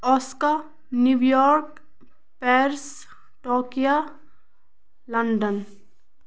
آسکا New York Paris Tokyo London